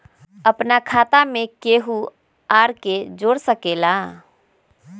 अपन खाता मे केहु आर के जोड़ सके ला?